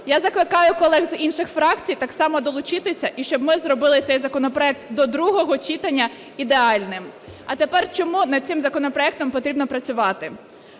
Я закликаю колег з інших фракцій так само долучитися, і щоб ми зробили цей законопроект до другого читання ідеальним. А тепер чому над цим законопроектом потрібно працювати.